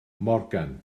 morgan